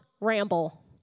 ramble